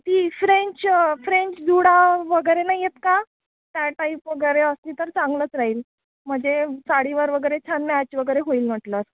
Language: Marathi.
ती फ्रेंच फ्रेंच जुडा वगैरे नाही येत का त्या टाईप वगैरे असली तर चांगलंच राहील म्हणजे साडीवर वगैरे छान मॅच वगैरे होईल म्हटलंस